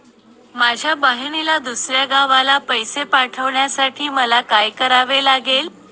माझ्या बहिणीला दुसऱ्या गावाला पैसे पाठवण्यासाठी मला काय करावे लागेल?